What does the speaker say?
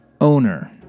Owner